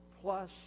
plus